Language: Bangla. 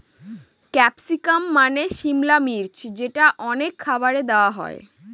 ক্যাপসিকাম মানে সিমলা মির্চ যেটা অনেক খাবারে দেওয়া হয়